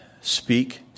speak